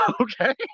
okay